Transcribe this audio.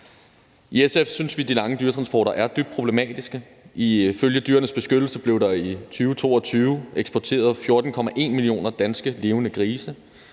I SF synes vi, at de lange dyretransporter er dybt problematiske. Ifølge Dyrenes Beskyttelse blev der i 2022 eksporteret 14,1 millioner danske levende grise.